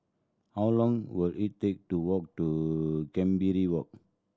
how long will it take to walk to Walk